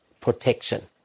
protection